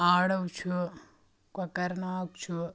آڈو چھُ کۄکَر ناگ چھُ